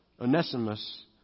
Onesimus